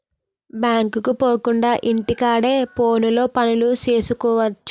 బ్యాంకుకు పోకుండా ఇంటి కాడే ఫోనులో పనులు సేసుకువచ్చు